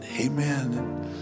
Amen